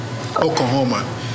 Oklahoma